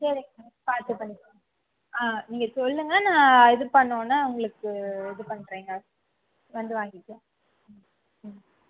சரிங்க பார்த்து பண்ணிக்கலாம் நீங்கள் சொல்லுங்கள் நான் இது பண்ணோன்ன உங்களுக்கு இது பண்ணுறேங்க வந்து வாங்கிக்கோங்க ம்